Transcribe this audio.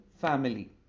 family